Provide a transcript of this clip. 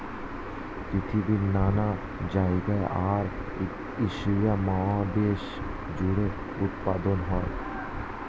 পৃথিবীর নানা জায়গায় আর এশিয়া মহাদেশ জুড়ে উৎপাদন হয়